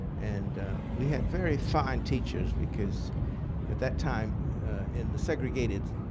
and we had very fine teachers, because at that time in the segregated,